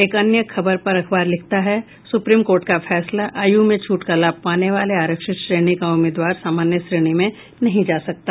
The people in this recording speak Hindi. एक अन्य खबर पर अखबार लिखता है सुप्रीम कोर्ट का बड़ा फैसला आयु में छूट का लाभ पाने वाला आरक्षित श्रेणी का उम्मीदवार सामान्य श्रेणी में नहीं जा सकता